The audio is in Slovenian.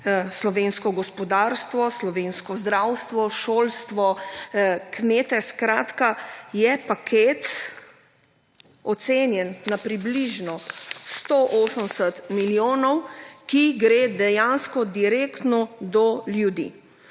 slovensko gospodarstvo, slovensko zdravstvo, šolstvo, kmete. Skratka, je paket ocenjen na približno 180 milijonov, ki gre dejansko direktno do ljudi.